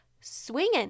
swinging